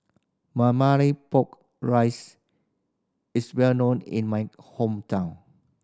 pork rice is well known in my hometown